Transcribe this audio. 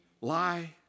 lie